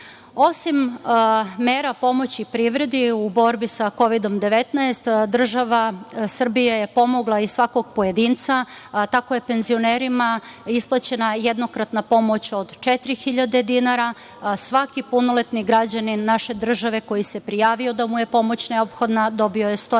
mera pomoći privredi u borbi sa Kovidom 19, država Srbija je pomogla i svakog pojedinca. Tako je penzionerima isplaćena jednokratna pomoć od 4.000 dinara, svaki punoletni građanin naše države koji se prijavio da mu je pomoć neophodna dobio je 100